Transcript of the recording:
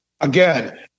again